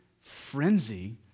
frenzy